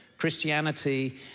Christianity